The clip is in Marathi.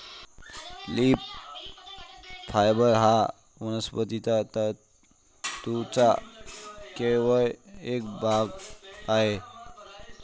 लीफ फायबर हा वनस्पती तंतूंचा केवळ एक भाग आहे